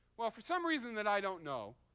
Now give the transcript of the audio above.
well, for some reason that i don't know,